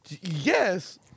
Yes